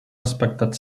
respectat